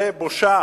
זו בושה.